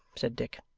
said dick.